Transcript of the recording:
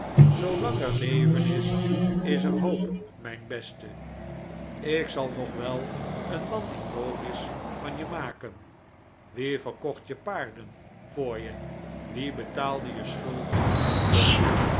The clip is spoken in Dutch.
zoolang er leven is is er hoop mijn beste ik zal nog wel een man in bonis van je maken wie verkocht je paarden voor je wie betaalde je schulden voor je